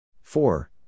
four